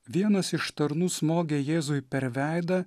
vienas iš tarnų smogė jėzui per veidą